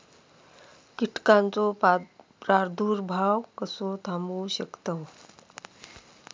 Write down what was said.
कीटकांचो प्रादुर्भाव कसो थांबवू शकतव?